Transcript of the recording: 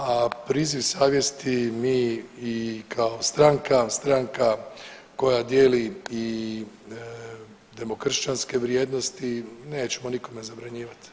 A priziv savjesti mi i kao stranka, stranka koja dijeli i demokršćanske vrijednosti nećemo nikome zabranjivati.